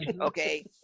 Okay